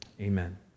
Amen